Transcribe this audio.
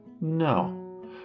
No